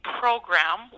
program